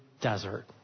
desert